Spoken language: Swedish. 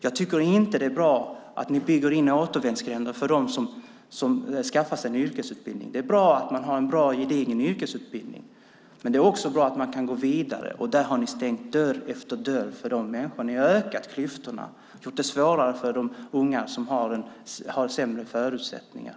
Jag tycker inte att det är bra att ni bygger in återvändsgränder för dem som skaffar en yrkesutbildning. Det är bra att ha en gedigen yrkesutbildning, men det är också bra att kunna gå vidare. Där har ni stängt dörr efter dörr för dessa människor. Ni har ökat klyftorna och gjort det svårare för de unga som har sämre förutsättningar.